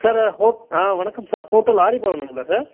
sir ஹோ ஆ வணக்கம் சார் ஹோட்டல் ஆரிய பவனுங்களா சார்